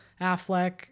Affleck